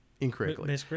incorrectly